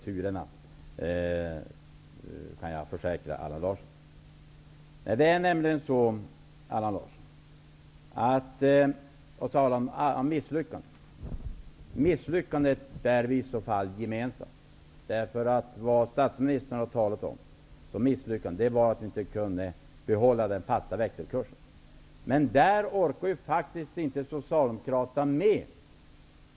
Jag kan försäkra Allan Larsson att jag hade mycket god insyn i de olika turerna. Om vi skall tala om misslyckanden, så får vi i så fall gemensamt bära ansvaret för misslyckandet. Det misslyckande statsministern talade om var att vi inte kunde behålla den fasta växelkursen. Socialdemokraterna orkade faktiskt inte med.